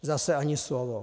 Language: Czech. Zase ani slovo.